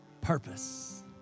purpose